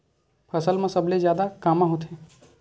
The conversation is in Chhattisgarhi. फसल मा सबले जादा कामा होथे?